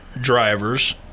drivers